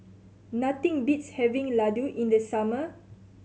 nothing beats having Ladoo in the summer